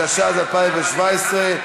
התשע"ז 2017,